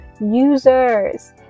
users